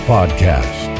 Podcast